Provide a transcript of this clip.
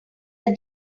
are